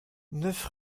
neuf